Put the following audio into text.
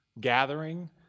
gathering